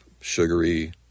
sugary